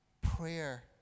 Prayer